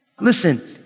Listen